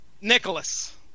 Nicholas